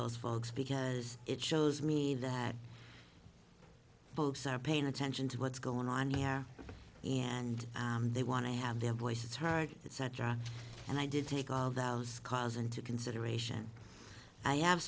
those folks because it shows me that folks are paying attention to what's going on yeah and they want to have their voices heard it said john and i did take all those cars into consideration i have